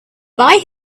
buy